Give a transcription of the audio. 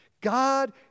God